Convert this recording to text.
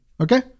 Okay